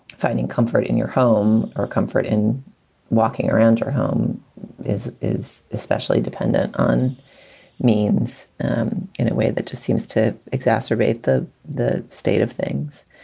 finding comfort in your home or comfort and walking around your home is is especially dependent on means in a way that just seems to exacerbate the the state of things.